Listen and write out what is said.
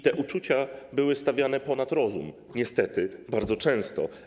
Te uczucia były stawiane ponad rozum niestety bardzo często.